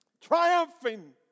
triumphing